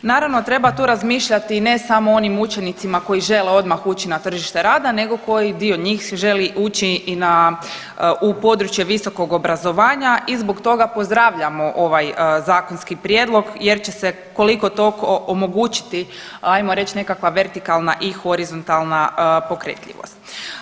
Naravno, treba tu razmišljati i ne samo o onim učenicima koji žele odmah ući na tržište rada nego koji dio njih se želi ući i na u područje visokog obrazovanja i zbog toga pozdravljamo ovaj zakonski prijedlog jer će se koliko toliko omogućiti ajmo reći nekakva vertikalna i horizontalna pokretljivost.